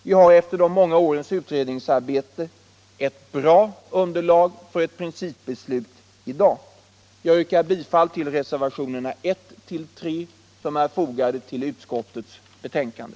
Vi har efter de många årens utredningsarbete ett bra underlag för ett principbeslut i dag. Jag yrkar bifall till reservationerna 1-3 som är bifogade till utskottets betänkande.